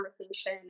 conversation